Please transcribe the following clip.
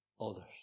others